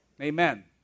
Amen